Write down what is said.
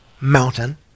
mountain